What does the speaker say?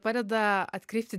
padeda atkreipti